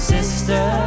Sister